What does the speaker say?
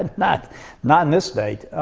and not not in this state.